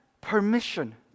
permission